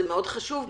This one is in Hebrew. זה חשוב מאוד,